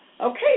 Okay